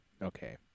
Okay